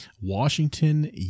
Washington